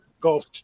golf